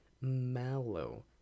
Mallow